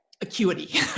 acuity